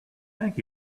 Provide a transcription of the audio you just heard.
thank